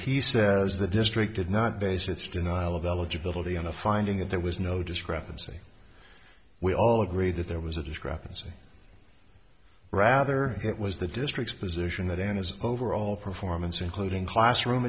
he says the district did not base its denial of eligibility on a finding that there was no discrepancy we all agreed that there was a discrepancy rather it was the district's position that in his overall performance including classroom